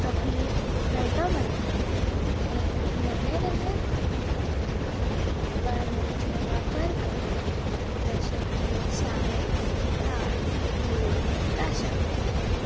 तकलेक फेटो बांदता ते वेगळे वेगळे वाड्याचे वापर करता जशे की शामेळ ताळ ढोल ताशा